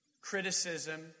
criticism